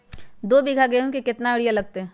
दो बीघा गेंहू में केतना यूरिया लगतै?